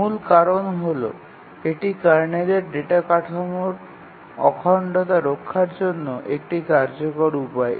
মূল কারণ হল এটি কার্নেলের ডেটা কাঠামোর অখণ্ডতা রক্ষার জন্য একটি কার্যকর উপায়